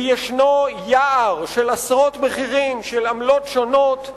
כי יש יער של עשרות מחירים של עמלות שונות ומשונות.